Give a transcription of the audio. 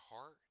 heart